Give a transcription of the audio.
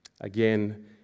Again